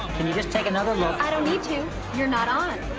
can you just take another look? i don't need to, you're not on.